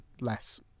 less